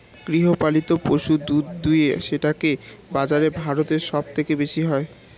গৃহপালিত পশু দুধ দুয়ে সেটাকে বাজারে ভারত সব থেকে বেশি হয়